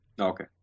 Okay